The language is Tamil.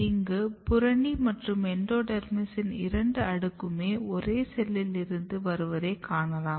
இங்கு புறணி மற்றும் எண்டோடெர்மிஸின் இரண்டு அடுக்குமே ஒரே செல்லில் இருந்து வருவதை காணலாம்